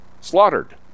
Slaughtered